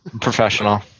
Professional